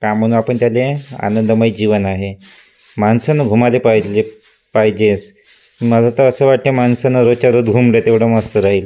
काय म्हणू आपण त्याला आनंदमय जीवन आहे माणसानं घुमाले पाहिजेल पाहिजेस मला तर असं वाटतं आहे माणसानं रोजच्या रोज घुमलं आहे तेवढं मस्त राहील